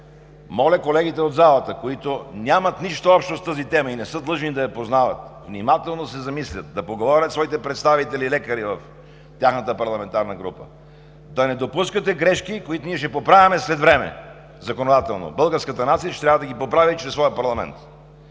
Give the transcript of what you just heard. Моля колегите от залата, които нямат нищо общо с тази тема и не са длъжни да я познават, внимателно да се замислят, да поговорят със своите представители лекари в тяхната парламентарна група, да не допускате грешки, които ние ще поправяме след време законодателно, българската нация ще трябва да ги поправи чрез своя парламент.